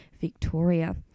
Victoria